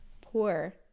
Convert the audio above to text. poor